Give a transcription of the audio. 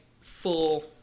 full